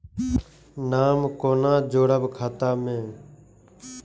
नाम कोना जोरब खाता मे